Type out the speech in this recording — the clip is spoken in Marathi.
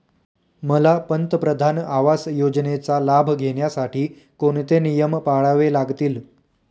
मला पंतप्रधान आवास योजनेचा लाभ घेण्यासाठी कोणते नियम पाळावे लागतील?